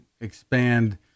expand